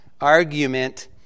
argument